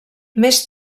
més